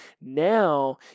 now